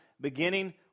beginning